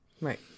right